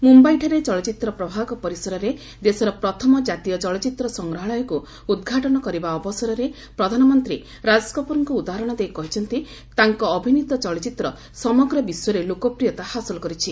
ମୁମ୍ୟାଇଠାରେ ଚଳଚ୍ଚିତ୍ର ପ୍ରଭାଗ ପରିସରରେ ଦେଶର ପ୍ରଥମ ଜାତୀୟ ଚଳଚ୍ଚିତ୍ର ସଂଗ୍ରହାଳୟକ୍ତ ଉଦ୍ଘାଟନ କରିବା ଅବସରରେ ପ୍ରଧାନମନ୍ତ୍ରୀ ରାଜକପୁର୍କ ଉଦାହରଣ ଦେଇ କହିଛନ୍ତି ତାଙ୍କ ଅଭିନୀତ ଚଳଚ୍ଚିତ୍ର ସମଗ୍ର ବିଶ୍ୱରେ ଲୋକପ୍ରିୟତା ହାସଲ କରିଛି